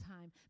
time